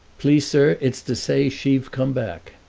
please, sir, it's to say she've come back.